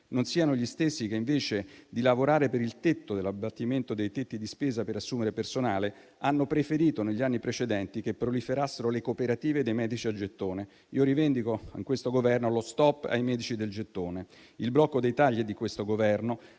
non siano gli stessi che invece di lavorare per l'abbattimento dei tetti di spesa per assumere personale hanno preferito negli anni precedenti che proliferassero le cooperative dei medici a gettone. Rivendico a questo Governo lo *stop* ai medici del gettone e il blocco dei tagli di questo Governo.